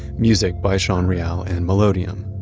music by sean real and melodium.